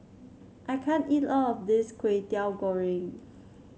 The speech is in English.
I can't eat all of this Kway Teow Goreng